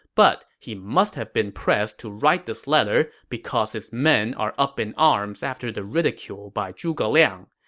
but he must have been pressed to write this letter because his men are up in arms after the ridicule by zhuge liang.